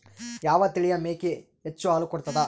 ಯಾವ ತಳಿಯ ಮೇಕಿ ಹೆಚ್ಚ ಹಾಲು ಕೊಡತದ?